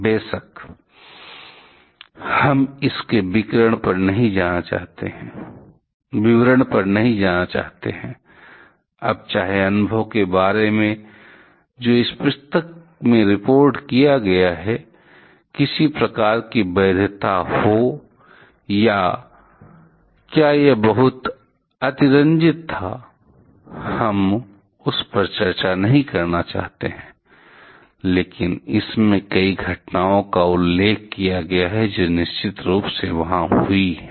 बेशक हम इस के विवरण पर नहीं जाना चाहते हैंअब चाहे अनुभव के बारे में जो इस पुस्तक में रिपोर्ट किया गया है किसी प्रकार की वैधता हो या क्या यह बहुत अतिरंजित था हम उस पर चर्चा नहीं करना चाहते हैं लेकिन इसमें कई घटनाओं का उल्लेख किया गया है जो निश्चित रूप से वहां हुई हैं